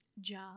job